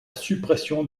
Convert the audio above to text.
suppression